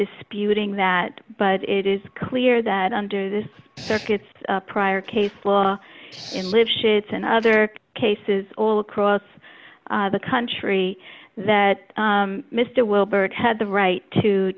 disputing that but it is clear that under this circuit's prior case law in live shits and other cases all across the country that mr wilbert had the right to